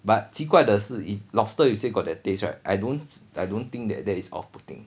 but 奇怪的是 if lobster you say got that taste right I don't I don't think that that is off putting